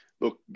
Look